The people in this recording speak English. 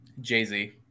Jay-Z